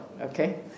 okay